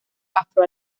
afro